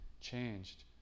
changed